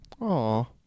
Aw